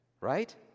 right